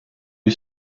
you